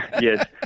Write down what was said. Yes